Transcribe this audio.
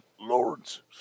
Lawrence